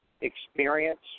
experience